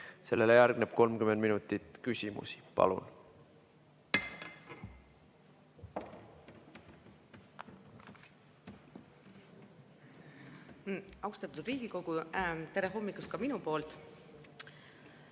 sellele järgneb 30 minutit küsimusi. Palun!